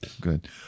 good